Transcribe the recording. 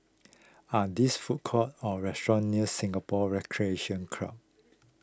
are these food courts or restaurants near Singapore Recreation Club